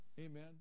Amen